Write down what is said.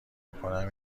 بکنم